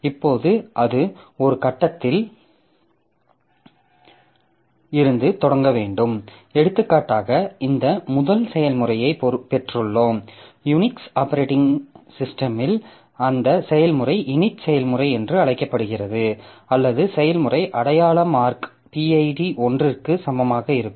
இப்போது அது ஒரு கட்டத்தில் இருந்து தொடங்க வேண்டும் எடுத்துக்காட்டாக இந்த முதல் செயல்முறையை பெற்றுள்ளோம் யுனிக்ஸ் ஆப்பரேட்டிங் சிஸ்டமில் அந்த செயல்முறை init செயல்முறை என்று அழைக்கப்படுகிறது அல்லது செயல்முறை அடையாள மார்க் pid 1ற்கு சமமாக இருக்கும்